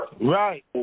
Right